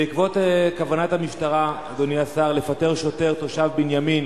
בעקבות כוונת המשטרה לפטר שוטר תושב בנימין